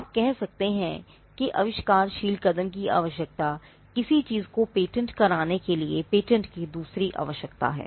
आप कह सकते हैं कि आविष्कारशील कदम की आवश्यकता किसी चीज को पेटेंट कराने के लिए पेटेंट की दूसरी आवश्यकता है